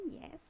yes